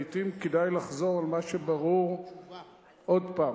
לעתים כדאי לחזור על מה שברור עוד פעם,